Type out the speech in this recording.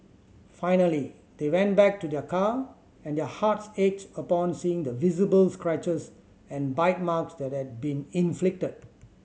finally they went back to their car and their hearts ached upon seeing the visible scratches and bite marks that had been inflicted